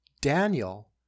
Daniel